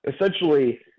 essentially